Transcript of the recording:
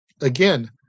Again